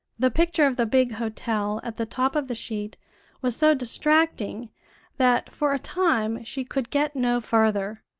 the picture of the big hotel at the top of the sheet was so distracting that for a time she could get no further,